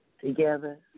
together